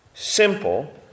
simple